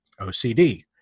OCD